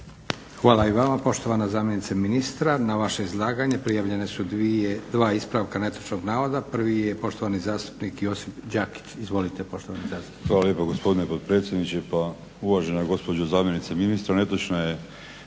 Hvala i vama poštovana zamjenice ministra. Na vaše izlaganje prijavljene su dva ispravka netočnog navoda. Prvi je poštovani zastupnik Josip Đakić. Izvolite poštovani zastupniče. **Đakić, Josip (HDZ)** Hvala lijepa gospodine potpredsjedniče. Pa uvažena gospođo zamjenice ministra,